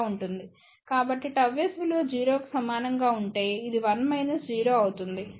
కాబట్టిΓS విలువ 0 కు సమానంగా ఉంటే ఇది 1 మైనస్ 0 అవుతుంది